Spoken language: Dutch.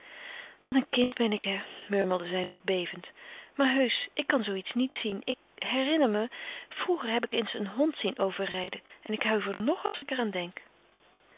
wat een kind ben ik hè murmelde zij nog bevend maar heusch ik kan zoo iets niet zien ik herinner me vroeger heb ik eens een hond zien overrijden en ik huiver nog als ik er aan denk